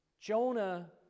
Jonah